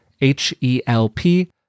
H-E-L-P